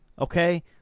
Okay